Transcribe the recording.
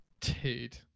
Dude